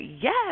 Yes